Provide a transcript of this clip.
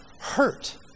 hurt